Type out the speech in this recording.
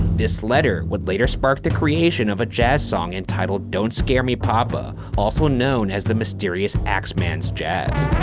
this letter would later spark the creation of a jazz song entitled don't scare me papa. also known as the mysterious axeman's jazz.